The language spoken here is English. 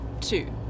two